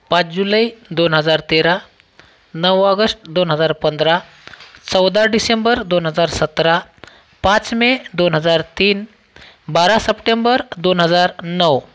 पाच जुलै दोन हजार तेरा नऊ ऑगस्ट दोन हजार पंधरा चौदा डिसेंबर दोन हजार सतरा पाच मे दोन हजार तीन बारा सप्टेंबर दोन हजार नऊ